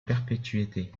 perpétuité